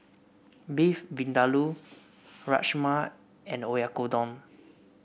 Beef Vindaloo Rajma and Oyakodon